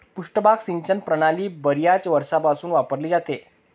पृष्ठभाग सिंचन प्रणाली बर्याच वर्षांपासून वापरली जाते